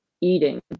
eating